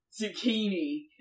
zucchini